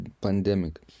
pandemic